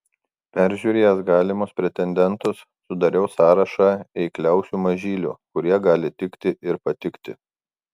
peržiūrėjęs galimus pretendentus sudariau sąrašą eikliausių mažylių kurie gali tikti ir patikti